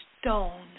stone